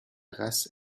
race